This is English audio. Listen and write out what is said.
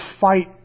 fight